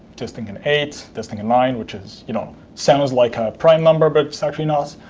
testing in eight, testing in nine, which is you know sounds like a prime number, but so i mean ah it's